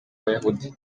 abayahudi